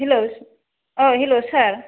hello ओय hello सार